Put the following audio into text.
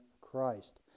Christ